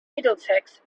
middlesex